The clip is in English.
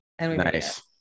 Nice